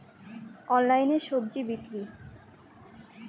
অনলাইনে স্বজি বিক্রি?